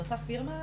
של אותה פירמה?